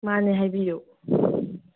ꯃꯥꯟꯅꯦ ꯍꯥꯏꯕꯤꯌꯨ